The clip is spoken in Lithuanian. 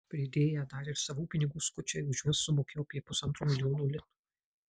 pridėję dar ir savų pinigų skučai už juos sumokėjo apie pusantro milijono litų